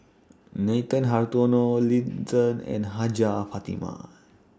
Nathan Hartono Lin Chen and Hajjah Fatimah